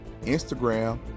Instagram